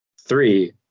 three